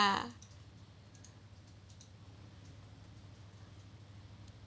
ya